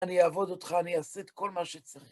אני אעבוד אותך, אני אעשה את כל מה שצריך.